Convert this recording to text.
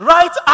Right